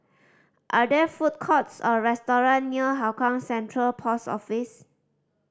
are there food courts or restaurants near Hougang Central Post Office